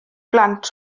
blant